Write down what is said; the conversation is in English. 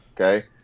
okay